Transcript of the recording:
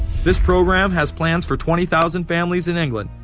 this program has plans for twenty thousand families in england,